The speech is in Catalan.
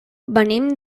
venim